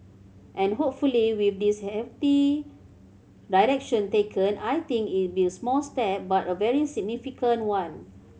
and hopefully with this healthy direction taken I think it'll be a small step but a very significant one